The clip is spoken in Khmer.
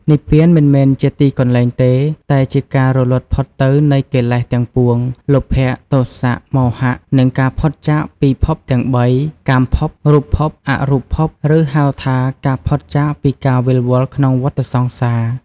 និព្វានមិនមែនជាទីកន្លែងទេ តែជាការរលត់ផុតទៅនៃកិលេសទាំងពួង លោភៈ ទោសៈ មោហៈ និងការផុតចាកពីភពទាំងបី កាមភព រូបភព អរូបភព ឬហៅថាការផុតចាកពីការវិលវល់ក្នុងវដ្ដសង្សារ។